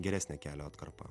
geresnė kelio atkarpa